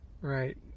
Right